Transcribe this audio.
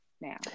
now